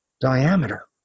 diameter